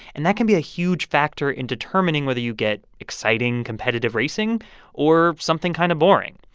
and that can be a huge factor in determining whether you get exciting, competitive racing or something kind of boring.